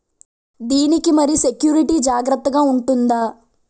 దీని కి మరి సెక్యూరిటీ జాగ్రత్తగా ఉంటుందా?